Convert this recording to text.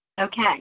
Okay